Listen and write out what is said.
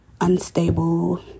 unstable